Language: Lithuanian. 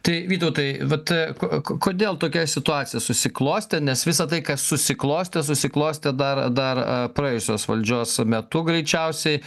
tai vytautai vat ko k kodėl tokia situacija susiklostė nes visa tai kas susiklostė susiklostė dar dar a praėjusios valdžios metu greičiausiai